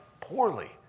poorly